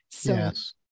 Yes